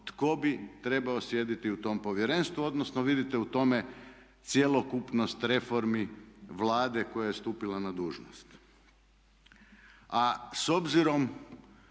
tko bi trebao sjediti u tom povjerenstvo odnosno vidite u tome cjelokupnost reformi Vlade koja je stupila na dužnost. A s obzirom